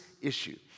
issue